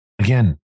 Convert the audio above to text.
Again